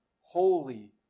holy